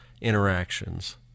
interactions